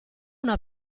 una